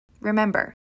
Remember